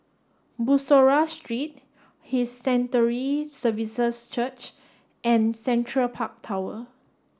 Bussorah Street His Sanctuary Services Church and Central Park Tower